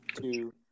two